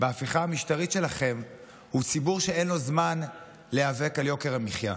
בהפיכה המשטרית שלכם הוא ציבור שאין לו זמן להיאבק על יוקר המחיה,